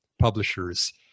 publishers